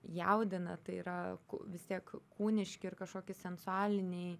jaudina tai yra vis tiek kūniški ir kažkoki sensualiniai